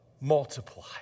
multiply